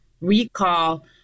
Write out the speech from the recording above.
recall